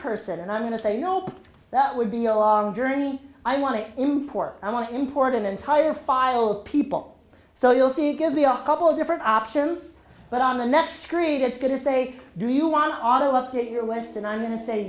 person and i'm going to say nope that would be a long journey i want to import i want to import an entire file of people so you'll see it gives me a couple of different options but on the next screen it's going to say do you want auto update your west and i'm going to say